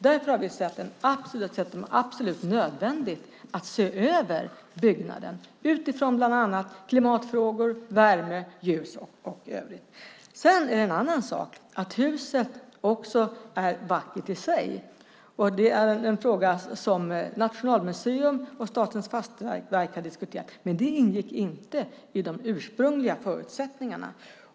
Därför har vi sett det som absolut nödvändigt att se över byggnaden utifrån klimatfrågor, värme, ljus och övrigt. Det är en annan sak att huset också är vackert i sig. Det är en fråga som Nationalmuseum och Statens fastighetsverk har diskuterat. Men det ingick inte i de ursprungliga förutsättningarna.